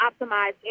optimize